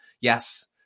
yes